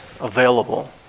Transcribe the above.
available